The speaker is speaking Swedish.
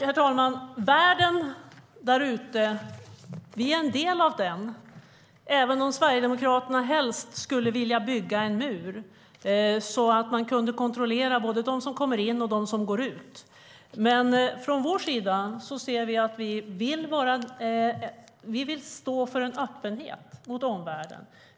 Herr talman! Vi är en del av världen där ute, även om Sverigedemokraterna helst skulle vilja bygga en mur så att man kunde kontrollera både dem som kommer in och dem som går ut. Från vår sida vill vi stå för en öppenhet mot omvärlden.